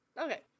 Okay